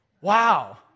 Wow